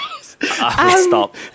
stop